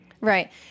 Right